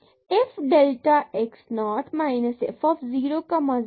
f delta x 0 f 0 0 delta x